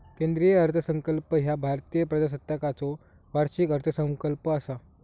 केंद्रीय अर्थसंकल्प ह्या भारतीय प्रजासत्ताकाचो वार्षिक अर्थसंकल्प असा